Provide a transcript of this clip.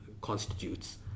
constitutes